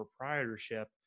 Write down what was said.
proprietorship